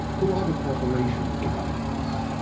who are the corporations behind this?